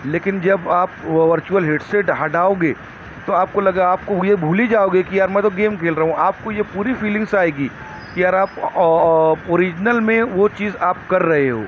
لیکن جب آپ ورچوول ہیڈسیٹ ہٹاؤگے تو آپ کو لگا آپ کو وہ یہ بھول ہی جاؤگے کہ یار میں تو گیم کھیل رہا ہوں آپ کو یہ پوری فیلنگس آئے گی یار آپ اوریجنگل میں وہ چیز آپ کر رہے ہو